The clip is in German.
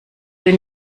sie